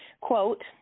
Quote